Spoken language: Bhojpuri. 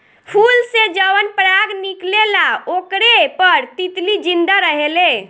फूल से जवन पराग निकलेला ओकरे पर तितली जिंदा रहेले